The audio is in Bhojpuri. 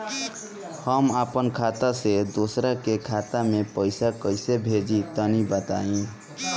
हम आपन खाता से दोसरा के खाता मे पईसा कइसे भेजि तनि बताईं?